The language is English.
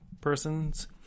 persons